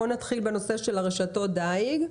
בוא נתחיל בנושא של רשתות הדייג.